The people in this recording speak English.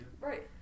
Right